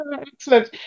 Excellent